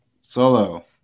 Solo